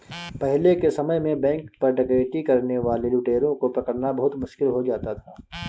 पहले के समय में बैंक पर डकैती करने वाले लुटेरों को पकड़ना बहुत मुश्किल हो जाता था